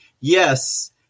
Yes